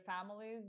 families